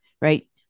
right